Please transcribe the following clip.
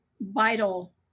Vital